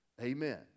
Amen